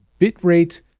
bitrate